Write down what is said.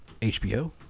HBO